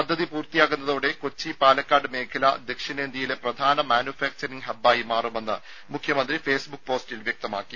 പദ്ധതി പൂർത്തിയാകുന്നതോടെ കൊച്ചി പാലക്കാട് മേഖല ദക്ഷിണേന്ത്യയിലെ പ്രധാന മാനുഫാക്ചറിങ് ഹബ് ആയി മാറുമെന്ന് മുഖ്യമന്ത്രി ഫേസ്ബുക്ക് പോസ്റ്റിൽ വ്യക്തമാക്കി